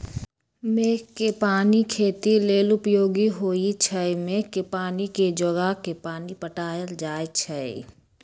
मेघ कें पानी खेती लेल उपयोगी होइ छइ मेघ के पानी के जोगा के पानि पटायल जाइ छइ